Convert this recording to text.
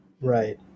Right